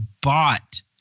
bought